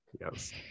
Yes